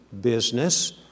business